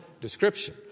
description